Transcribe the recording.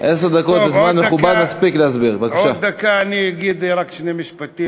ברגע שזה לא התבצע,